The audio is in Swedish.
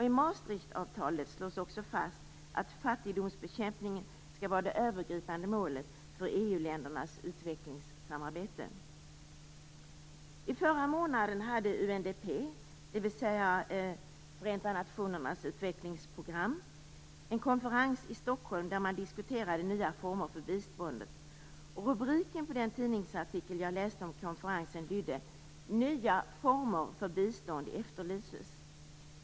I Maastrichtavtalet slås också fast att fattigdomsbekämpningen skall vara det övergripande målet för EU-ländernas utvecklingssamarbete. I förra månaden hade UNDP, dvs. Förenta nationernas utvecklingsprogram, en konferens i Stockholm där man diskuterade nya former för biståndet. En rubrik på en tidningsartikel jag läste om konferensen lydde: Nya former för bistånd efterlyses.